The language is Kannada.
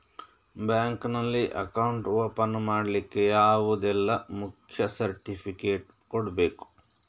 ಬ್ಯಾಂಕ್ ನಲ್ಲಿ ಅಕೌಂಟ್ ಓಪನ್ ಮಾಡ್ಲಿಕ್ಕೆ ಯಾವುದೆಲ್ಲ ಮುಖ್ಯ ಸರ್ಟಿಫಿಕೇಟ್ ಕೊಡ್ಬೇಕು?